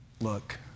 Look